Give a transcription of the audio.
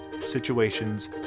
situations